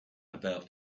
about